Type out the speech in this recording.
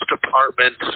department